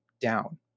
down